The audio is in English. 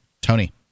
Tony